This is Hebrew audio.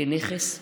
כנכס.